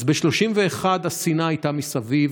אז ב-1931 השנאה הייתה מסביב.